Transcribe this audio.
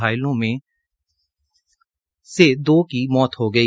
घायलों में से दो की मौत हो गई